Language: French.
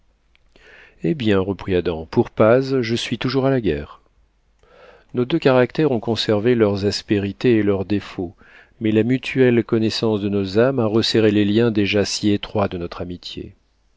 eh bien reprit adam pour paz je suis toujours à la guerre nos deux caractères ont conservé leurs aspérités et leurs défauts mais la mutuelle connaissance de nos âmes a resserré les liens déjà si étroits de notre amitié